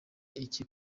iki